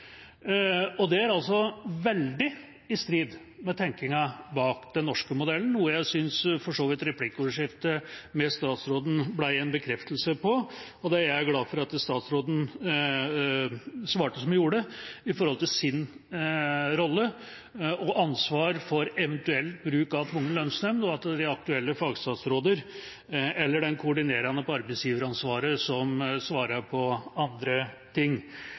og det er veldig i strid med tanken bak den norske modellen, noe jeg for så vidt syns replikkordskiftet med statsråden ble en bekreftelse på. Jeg er glad for at statsråden svarte som hun gjorde i forhold til sin rolle og ansvar for eventuell bruk av tvungen lønnsnemnd, og at det er de aktuelle fagstatsråder eller den koordinerende på arbeidsgiveransvaret som svarer på andre ting.